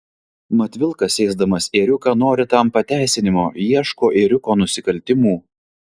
mat vilkas ėsdamas ėriuką nori tam pateisinimo ieško ėriuko nusikaltimų